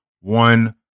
one